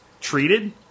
treated